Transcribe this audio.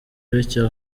bityo